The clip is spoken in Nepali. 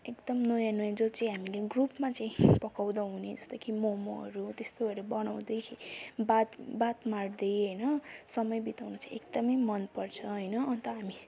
एकदम नयाँ नयाँ जो चाहिँ हामीले ग्रुपमा चाहिँ पकाउँदा हुने जस्तै कि मोमोहरू त्यस्तोहरू बनाउँदै बात बात मार्दै समय बिताउनु चाहिँ एकदमै मन पर्छ होइन अन्त हामी